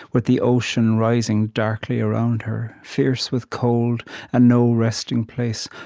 with the ocean rising darkly around her, fierce with cold and no resting place,